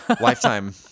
Lifetime